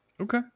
Okay